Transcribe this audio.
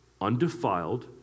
undefiled